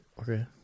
Okay